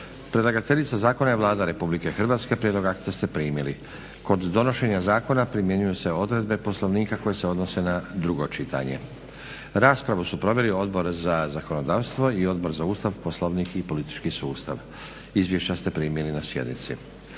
Predlagateljica zakona je Vlada RH. Prijedlog akta ste primili. Kod donošenja zakon primjenjuju se odredbe Poslovnika koje se odnose na drugo čitanje. Raspravu su proveli Odbor za zakonodavstvo i Odbor za Ustav, Poslovnik i politički sustav. Izvješća ste primili na sjednici.